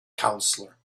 counselor